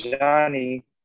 johnny